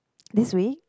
this week